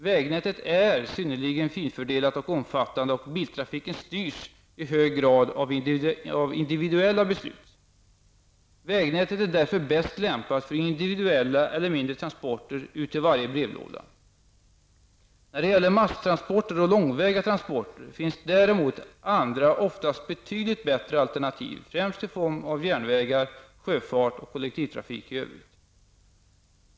Vägnätet är synnerligen finfördelat och omfattande, och biltrafiken styrs i hög grad av individuella beslut. Vägnätet är därför bäst lämpat för individuella eller mindre transporter ut till varje brevlåda. När det gäller masstransporter och långväga transporter finns däremot andra oftast betydligt bättre alternativ -- främst i form av järnvägar, sjöfart och kollektivtrafik i övrigt.